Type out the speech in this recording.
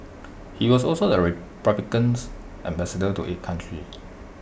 he was also the republicans ambassador to eight countries